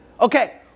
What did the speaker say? Okay